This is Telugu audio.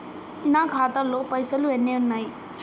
నా ఖాతాలో పైసలు ఎన్ని ఉన్నాయి?